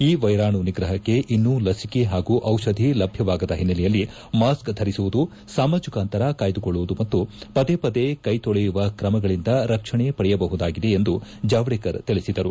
ಈ ವೈರಾಣು ನಿಗ್ರಪಕ್ಷೆ ಇನ್ನೂ ಲಿಸಿಕೆ ಪಾಗೂ ದಿಷಧಿ ಲಭ್ಯವಾಗದ ಓನ್ನಲೆಯಲ್ಲಿ ಮಾಸ್ಕ್ ಧರಿಸುವುದು ಸಾಮಾಜಿಕ ಅಂತರ ಕಾಯ್ದುಕೊಳ್ಳುವುದು ಮತ್ತು ಪದೇ ಪದೇ ಕೈಕೊಳೆಯುವ ಕ್ರಮಗಳಂದ ರಕ್ಷಣೆ ಪಡೆಯಬಹುದಾಗಿದೆ ಎಂದು ಜಾವಡೇಕರ್ ತಿಳಿಸಿದರು